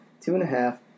two-and-a-half